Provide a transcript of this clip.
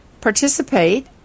participate